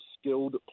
skilled